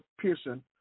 Pearson